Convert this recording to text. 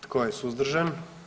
Tko je suzdržan?